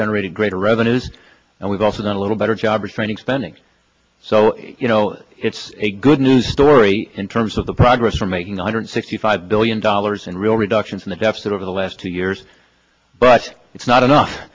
generated greater revenues and we've also done a little better job restraining spending so you know it's a good news story in terms of the progress we're making one hundred sixty five billion dollars in real reductions in the deficit over the last two years but it's not enough